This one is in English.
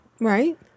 Right